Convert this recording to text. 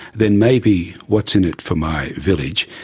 then maybe, what's in it for my village?